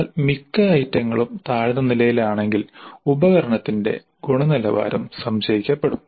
എന്നാൽ മിക്ക ഐറ്റങ്ങളും താഴ്ന്ന നിലയിലാണെങ്കിൽ ഉപകരണത്തിന്റെ ഗുണനിലവാരം സംശയിക്കപ്പെടും